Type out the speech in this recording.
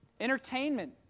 Entertainment